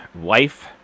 wife